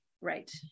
right